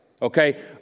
Okay